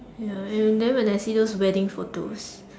ya and then when I see those wedding photos